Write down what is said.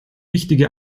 wichtige